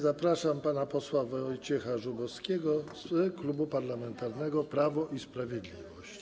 Zapraszam pana posła Wojciecha Zubowskiego z Klubu Parlamentarnego Prawo i Sprawiedliwość.